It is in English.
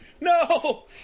No